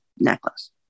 necklace